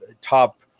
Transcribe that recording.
top